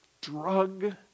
drug